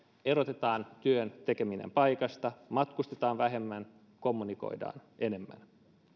erotetaan työn tekeminen paikasta matkustetaan vähemmän kommunikoidaan enemmän